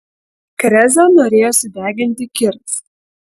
krezą norėjo sudeginti kiras